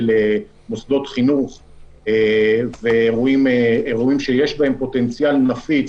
מוסדות חינוך ואירועים שיש בהם פוטנציאל נפיץ,